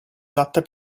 adatta